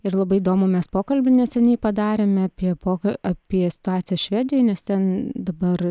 ir labai įdomų mes pokalbį neseniai padarėme apie po apie situaciją švedijoj nes ten dabar